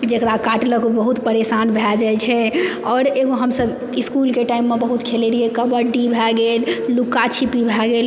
जेकरा काटलक ओ बहुत परेशान भए जाइ छै आओर एगो हमसभ इसकुलके टाइममे बहुत खेलै रहियै कबड्डी भए गेल लुक्का छिपी भए गेल